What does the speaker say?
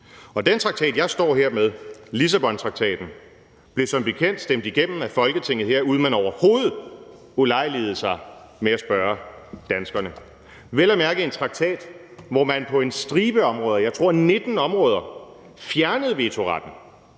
Og den traktat, som jeg står med her, Lissabontraktaten, blev som bekendt stemt igennem af Folketinget her, uden at man overhovedet ulejligede sig med at spørge danskerne, vel at mærke en traktat, hvor man på en stribe områder – jeg tror, det er 19 områder – fjernede vetoretten